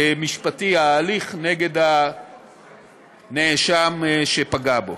המשפטי, ההליך נגד הנאשם שפגע בהם.